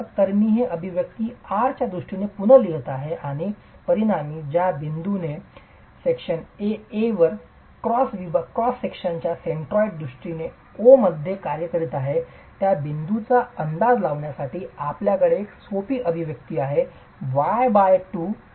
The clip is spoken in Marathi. तर मी हे अभिव्यक्ती r च्या दृष्टीने पुन्हा लिहीत आहे आणि परिणामी ज्या बिंदूद्वारे परिभाग A A वर क्रॉस विभागाच्या सेन्ट्रॉइडच्या दृष्टीने O मध्ये कार्य करीत आहे त्या बिंदूचा अंदाज लावण्यासाठी आपल्याकडे एक सोपी अभिव्यक्ती आहे